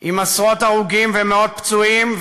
עם עשרות הרוגים ומאות פצועים.